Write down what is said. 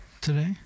today